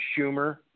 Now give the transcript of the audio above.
Schumer